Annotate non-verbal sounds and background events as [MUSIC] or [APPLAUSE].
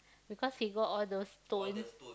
because he got all those stone [NOISE]